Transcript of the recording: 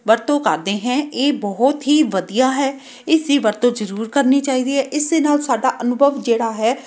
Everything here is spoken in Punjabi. ਵਰਤੋਂ ਕਰਦੇ ਹੈ ਇਹ ਬਹੁਤ ਹੀ ਵਧੀਆ ਹੈ ਇਸਦੀ ਵਰਤੋਂ ਜ਼ਰੂਰ ਕਰਨੀ ਚਾਹੀਦੀ ਹੈ ਇਸ ਦੇ ਨਾਲ ਸਾਡਾ ਅਨੁਭਵ ਜਿਹੜਾ ਹੈ